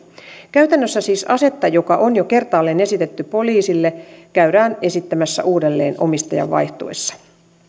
käytännössä siis asetta joka on jo kertaalleen esitetty poliisille käydään esittämässä uudelleen omistajan vaihtuessa